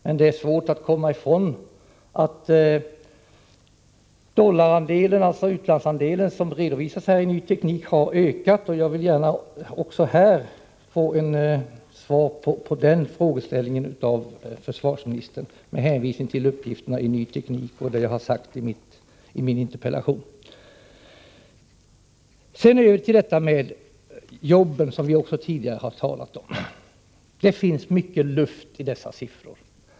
Men det är svårt att komma ifrån att dollarandelen — utlandsandelen — ökar såsom det redovisas i Ny Teknik. Jag vill gärna med hänvisning till uppgifterna i Ny Teknik och det jag sagt i min interpellation få ett svar också på den här frågan Sedan över till detta med jobben, som vi också tidigare talat om. Det finns mycket luft i dessa siffror.